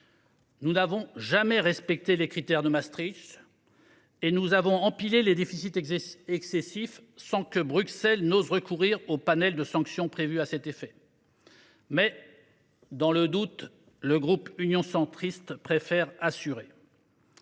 Nous n’avons jamais respecté les critères de Maastricht et nous avons empilé les « déficits excessifs » sans que Bruxelles ose recourir au panel de sanctions prévues à cet effet… Mais, dans le doute, le groupe Union Centriste préfère assurer.